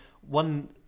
one